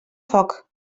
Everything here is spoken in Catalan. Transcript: foc